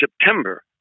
September